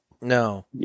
No